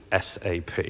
SAP